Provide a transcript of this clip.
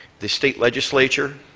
the state legislature,